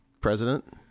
president